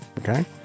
okay